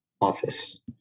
office